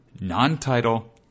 non-title